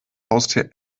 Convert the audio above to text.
haustier